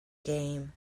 game